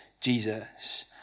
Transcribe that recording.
Jesus